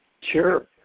Sure